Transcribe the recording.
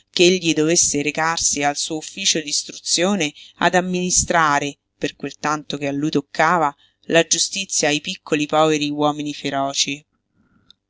tempo ch'egli dovesse recarsi al suo ufficio d'istruzione ad amministrare per quel tanto che a lui toccava la giustizia ai piccoli poveri uomini feroci